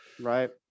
Right